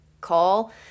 call